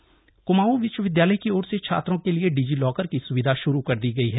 digi locker Kumaon विश्वविद्यालय की ओर से छात्रों के लिए डिजी लॉकर की सुविधा शुरू कर दी गई है